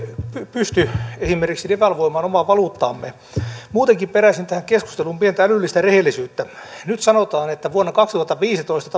pysty esimerkiksi devalvoimaan omaa valuuttaamme muutenkin peräisin tähän keskusteluun pientä älyllistä rehellisyyttä nyt sanotaan että vuonna kaksituhattaviisitoista